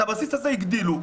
את הבסיס הזה הגדילו,